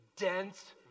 dense